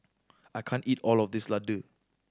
I can't eat all of this Ladoo